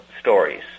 stories